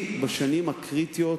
היא בשנים הקריטיות,